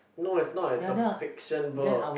no it's not it's a fiction book